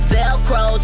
Velcro